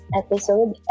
episode